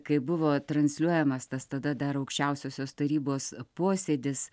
kaip buvo transliuojamas tas tada dar aukščiausiosios tarybos posėdis